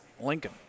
Lincoln